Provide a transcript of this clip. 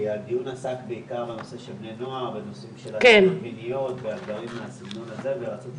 הדיון עסק בעיקר בבני נוער והטרדות מיניות וכן הלאה ורציתי